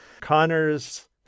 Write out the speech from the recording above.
Connor's